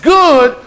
good